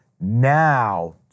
Now